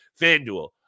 FanDuel